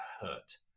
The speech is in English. hurt